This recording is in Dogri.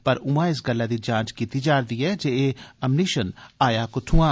पर ऊआं इस गल्लै दी जांच कीती जा'रदी ऐ जे एह् अमनीशन आया कुत्थुआं